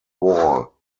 wall